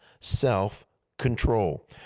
self-control